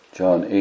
John